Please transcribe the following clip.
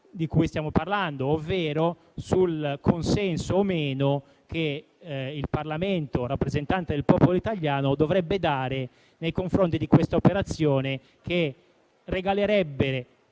di cui stiamo parlando, ovvero il consenso o meno che il Parlamento, rappresentante del popolo italiano, dovrebbe dare nei confronti di una operazione che regalerebbe